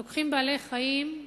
לוקחים בעלי-חיים,